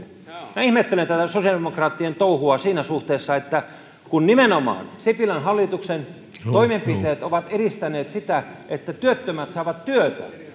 minä ihmettelen tätä sosiaalidemokraattien touhua siinä suhteessa että kun nimenomaan sipilän hallituksen toimenpiteet ovat edistäneet sitä että työttömät saavat työtä niin